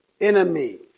Enemy